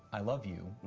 i love you,